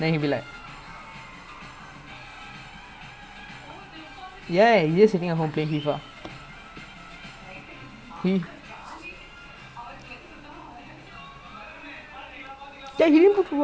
but justin நா நினைக்குற அவன் அவ்வளவா வெளிய போமாட்டான்:naa ninnaikkura avan avvalava veliya pomaattaan lah you know what I mean like he's the like gamer kind lah like he only like விளையாடதா வருவான்:vilaiyaadathaa varuvaan but அதுக்காதான் எனக்கு கொஞ்ச:athukkaathaan enakku konja surprise ஏன்:yaen thursday football for